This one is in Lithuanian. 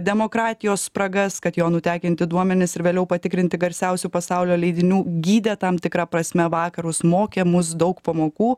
demokratijos spragas kad jo nutekinti duomenys ir vėliau patikrinti garsiausių pasaulio leidinių gydė tam tikra prasme vakarus mokė mus daug pamokų